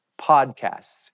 podcasts